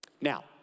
Now